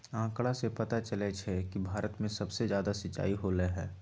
आंकड़ा से पता चलई छई कि भारत में सबसे जादा सिंचाई होलई ह